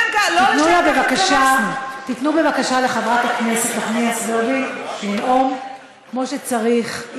תנו לחברת הכנסת נחמיאס ורבין לנאום כמו שצריך.